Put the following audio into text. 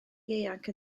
ieuanc